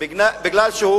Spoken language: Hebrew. כי הוא